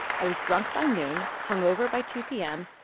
i was drunk by noon, hungover by two p m,